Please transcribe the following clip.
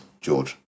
George